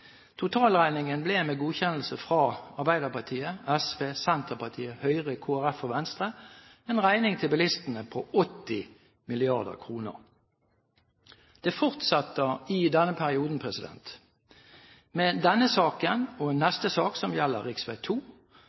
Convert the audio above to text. med godkjennelse av Arbeiderpartiet, SV, Senterpartiet, Høyre, Kristelig Folkeparti og Venstre, blir det en regning til bilistene på 80 mrd. kr. Det fortsetter i denne perioden: med denne saken, med neste sak, som gjelder